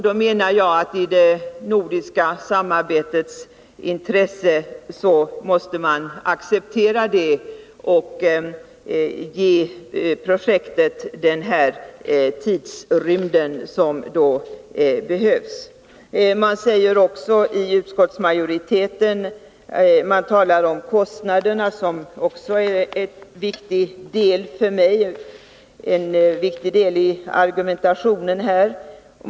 Då menar jag att man i det nordiska samarbetets intresse måste acceptera det och ge projektet den tid som behövs. Utskottsmajoriteten talar också om kostnaderna, något som även för mig är en viktig del i argumentationen.